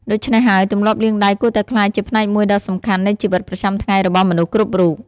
ដូច្នេះហើយ ទម្លាប់លាងដៃគួរតែក្លាយជាផ្នែកមួយដ៏សំខាន់នៃជីវិតប្រចាំថ្ងៃរបស់មនុស្សគ្រប់រូប។